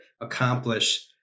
accomplish